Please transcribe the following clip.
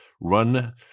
run